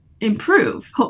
improve